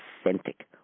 authentic